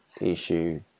issue